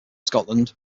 scotland